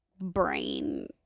brain